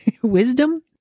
Wisdom